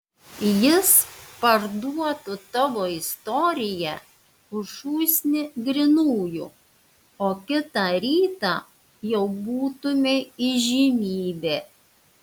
jis parduotų tavo istoriją už šūsnį grynųjų o kitą rytą jau būtumei įžymybė